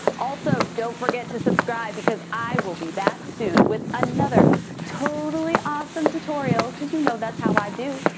also, don't forget to subscribe because i will be back soon with another totally awesome tutorial, because you know that's how i do.